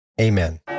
Amen